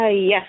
Yes